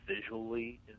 visually